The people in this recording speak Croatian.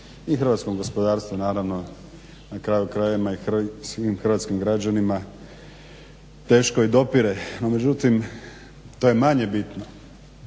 hrvatskom gospodarstvu naravno na kraju krajeva i svim hrvatskim građanima teško i dopire. No međutim, to je manje bitno.